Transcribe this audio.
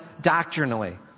doctrinally